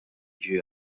ġie